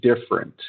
different